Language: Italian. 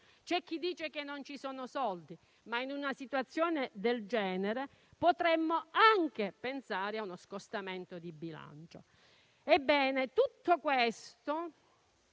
C'è chi dice che non ci sono soldi, ma in una situazione del genere potremmo anche pensare a uno scostamento di bilancio.